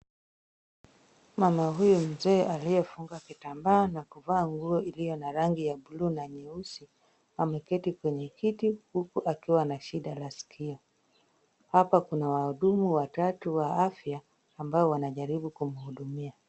Mama huyu mzee aliyefunga kitambaa na kuvaa nguo iliyo na rangi ya buluu na nyeusi ameketi kwenye kiti huku akiwa na shida la sikio. Hapa kuna wahudumu watatu wa afya ambao wanajaribu kumhudumia.